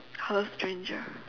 hello stranger